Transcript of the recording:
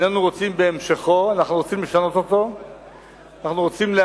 איננו רוצים בהמשכו, אנחנו רוצים לשנות אותו.